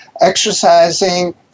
exercising